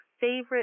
favorite